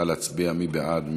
מי בעד?